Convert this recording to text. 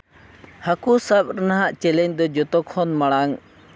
ᱦᱟᱹᱰᱠᱩ ᱥᱟᱵ ᱨᱮᱱᱟᱜ ᱪᱮᱞᱮᱧᱡᱽ ᱫᱚ ᱡᱚᱛᱚ ᱠᱷᱚᱱ ᱢᱟᱲᱟᱝ